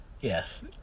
Yes